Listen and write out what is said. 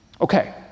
Okay